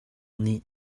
nih